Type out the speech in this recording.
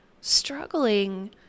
struggling